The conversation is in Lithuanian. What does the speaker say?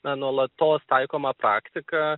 na nuolatos taikoma praktika